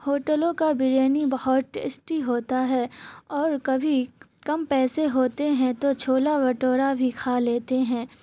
ہوٹلوں کا بریانی بہت ٹیسٹی ہوتا ہے اور کبھی کم پیسے ہوتے ہیں تو چھولا وٹورا بھی کھا لیتے ہیں